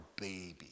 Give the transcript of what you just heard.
baby